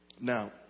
now